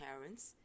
parents